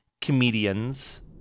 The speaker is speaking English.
comedians